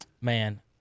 Man